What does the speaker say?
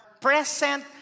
present